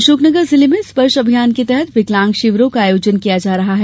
अशोकनगर जिले में स्पर्श अभियान के तहत विकलांग शिविरों का आयोजन किया जा रहा है